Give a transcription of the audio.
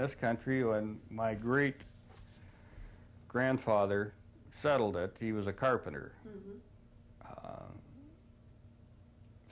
this country when my great grandfather settled it he was a carpenter